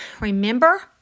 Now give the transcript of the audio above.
remember